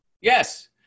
yes